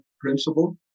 principle